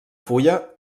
fulla